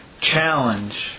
challenge